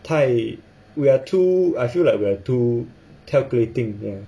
太 we're too I feel like we're too calculating